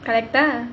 correct ah